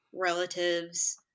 relatives